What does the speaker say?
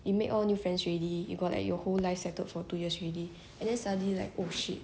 you make all new friends already you got like your whole life settled for two years already and then suddenly like oh shit